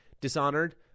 Dishonored